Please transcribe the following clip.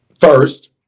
First